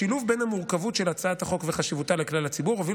השילוב בין המורכבות של הצעת החוק לחשיבותה לכלל הציבור הוביל